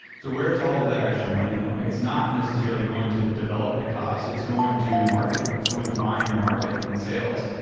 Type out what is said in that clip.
so where is all of that extra money going? it's not necessarily going to development costs. it's going to marketing. it's going to buying your market and sales.